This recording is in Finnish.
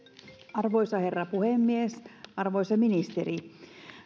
arvoisa herra puhemies arvoisa ministeri